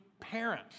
parent